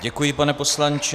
Děkuji, pane poslanče.